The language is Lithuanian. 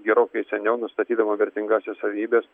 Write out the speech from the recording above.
gerokai seniau nustatydavo vertingąsias savybes